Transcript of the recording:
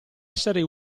essere